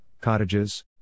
cottages